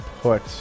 put